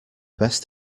best